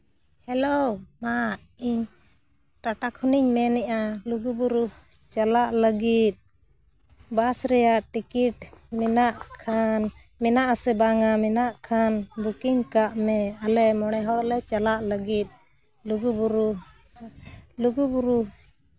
hello ᱢᱟ ᱤᱧ ᱴᱟᱴᱟ ᱠᱷᱚᱱᱤᱧ ᱢᱮᱱᱮᱫᱼᱟ ᱞᱩᱜᱩᱼᱵᱩᱨᱩ ᱪᱟᱞᱟᱜ ᱞᱟᱹᱜᱤᱫ ᱵᱟᱥ ᱨᱮᱭᱟᱜ ᱴᱤᱠᱤᱴ ᱢᱮᱱᱟᱜ ᱠᱷᱟᱱ ᱢᱮᱱᱟᱜ ᱟᱥᱮ ᱵᱟᱝᱼᱟ ᱢᱮᱱᱟᱜ ᱠᱷᱟᱱ ᱵᱩᱠᱤᱝ ᱠᱟᱜ ᱢᱮ ᱟᱞᱮ ᱢᱚᱬᱮ ᱦᱚᱲᱞᱮ ᱪᱟᱞᱟᱜ ᱞᱟᱹᱜᱤᱫ ᱞᱩᱜᱩᱼᱵᱩᱨᱩ ᱞᱩᱜᱩᱼᱵᱩᱨᱩ